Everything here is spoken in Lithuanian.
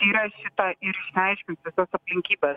tiria šitą ir išaiškins visas aplinkybes